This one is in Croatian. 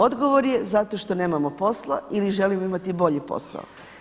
Odgovor je zato što nemamo posla ili želimo imati bolji posao.